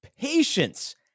patience